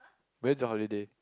when's your holiday